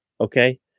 Okay